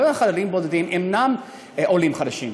אינם עולים חדשים,